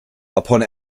upon